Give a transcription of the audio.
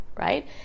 right